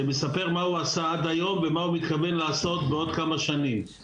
שמספר מה הוא עשה עד היום ומה הוא מתכוון לעשות בעוד כמה שנים.